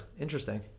interesting